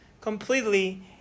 completely